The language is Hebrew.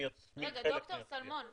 דוקטור שלמון,